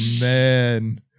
man